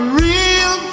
real